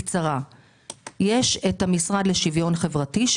יש את המשרד לשוויון חברתי,